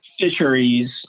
fisheries